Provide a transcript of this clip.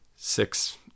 six